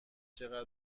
چقدر